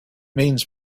means